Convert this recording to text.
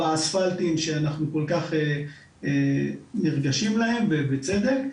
האספלטים שאנחנו כל כך נרגשים להם ובצדק,